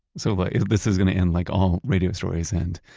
so like, this is going to end like all radio stories end,